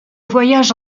voyage